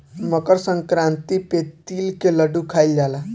मकरसंक्रांति पे तिल के लड्डू खाइल जाला